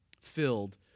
filled